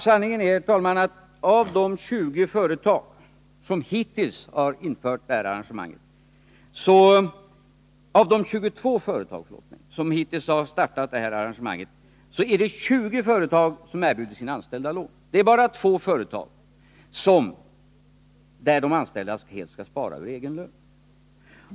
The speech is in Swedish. Sanningen är den, herr talman, att av de 22 företag som hittills har infört detta arrangemang är det 20 företag som erbjuder sina anställda lån. Det är bara två företag där de anställda skall spara helt ur egen lön.